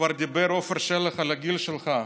כבר דיבר עפר שלח על הגיל שלך,